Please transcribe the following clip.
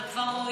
אבל כבר רואים,